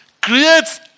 Creates